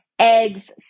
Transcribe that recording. eggs